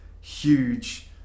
huge